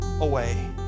away